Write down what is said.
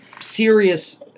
serious